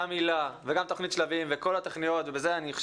גם היל"ה וגם תוכנית שלבים וכל התוכניות וכאן אני חושב